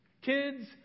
Kids